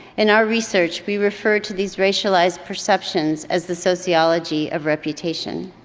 in our research, we refer to these racialized perceptions as the sociology of reputation.